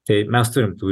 tai mes turim tų